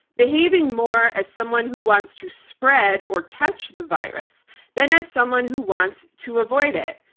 behaving more as someone who wants to spread or catch the virus than as someone who wants to avoid it.